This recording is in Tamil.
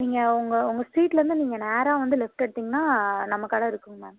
நீங்கள் உங்கள் உங்கள் ஸ்ட்ரீட்லேருந்து நீங்கள் நேராக வந்து லெஃப்ட் எடுத்திங்கன்னா நம்ம கடை இருக்குங்க மேம்